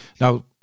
now